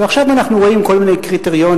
ועכשיו אנחנו רואים כל מיני קריטריונים